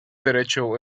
derecho